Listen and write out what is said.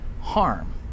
harm